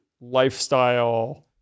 lifestyle